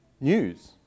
news